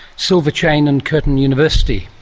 silver chain and curtin university.